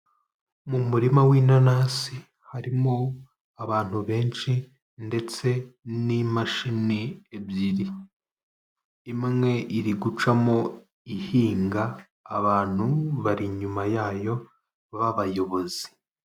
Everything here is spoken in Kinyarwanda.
Mu murima w'inanasi harimo abantu benshi ndetse n'imashini ebyiri, imwe iri gucamo ihinga abantu bari inyuma yayo b'abayobozi.